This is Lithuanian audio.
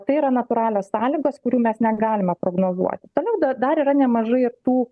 tai yra natūralios sąlygos kurių mes negalime prognozuoti toliau da dar yra nemažai tų